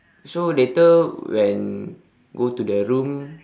so later when go to the room